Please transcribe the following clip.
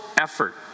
effort